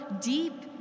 deep